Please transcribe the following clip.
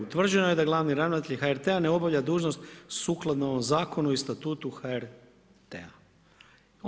Utvrđeno je da glavni ravnatelj HRT-a ne obavlja dužnost sukladno ovom zakonu i Statutu HRT-a.